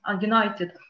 united